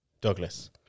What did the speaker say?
Douglas